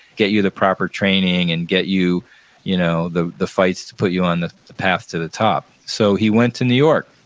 get you the proper training and get you you know the the fights to put you on the the path to the top. so, he went to new york,